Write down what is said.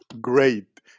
great